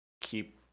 keep